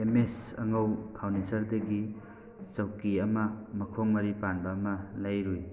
M S ꯑꯉꯧ ꯐꯥꯔꯅꯤꯆꯔꯗꯒꯤ ꯆꯧꯀꯤ ꯑꯃ ꯃꯈꯣꯡ ꯃꯔꯤ ꯄꯥꯟꯕ ꯑꯃ ꯂꯩꯔꯨꯏ